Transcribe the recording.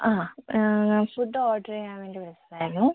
ആഹ് food order ചെയ്യാന് വേണ്ടി വിളിച്ചതായിരുന്നു